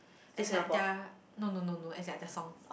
as in like their no no no no as in like that song